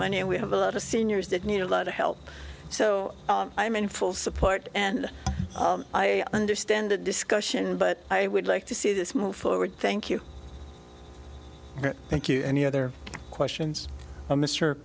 and we have a lot of seniors that need a lot of help so i am in full support and i understand the discussion but i would like to see this move forward thank you thank you any other questions mr